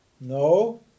No